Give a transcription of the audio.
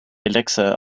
elixir